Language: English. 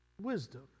Wisdom